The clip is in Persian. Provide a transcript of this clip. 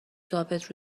ثابت